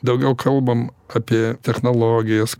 daugiau kalbam apie technologijas